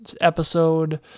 episode